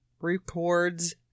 records